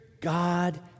God